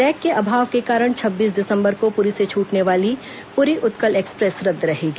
rack के अभाव के कारण छब्बीस दिसंबर को पुरी से छूटने वाली पुरी उत्कल एक्सप्रेस रद्द रहेगी